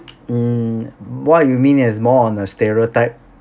mm what you mean is more on a stereotype